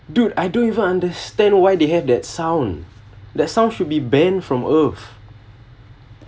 dude I don't even understand why they had that sound that sounds should be banned from earth